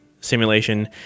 simulation